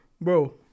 Bro